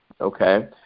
okay